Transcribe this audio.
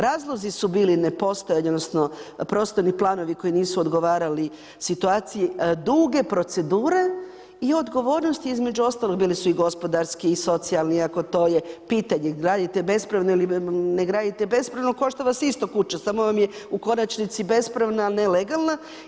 Razlozi su bili nepostojanje, odnosno prostorni planovi koji nisu odgovarali situaciji, duge procedure, i odgovornost između ostalog, bili su i gospodarski i socijalni i ako to je pitanje, gradite bespravno ili ne gradite bespravno, košta vas isto kuća, samo vam je u konačni bespravna, ne legalna.